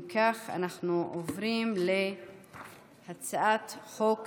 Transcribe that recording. אם כך, אנחנו עוברים להצעת חוק